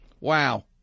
Wow